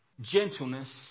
gentleness